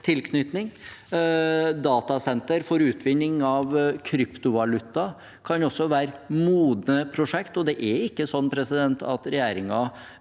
tilknytning. Datasenter for utvinning av kryptovaluta kan også være modne prosjekt, og det er ikke sånn at regjeringen